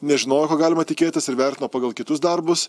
nežinojo ko galima tikėtis ir vertino pagal kitus darbus